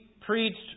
Preached